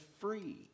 free